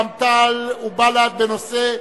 רע"ם-תע"ל ובל"ד בנושא: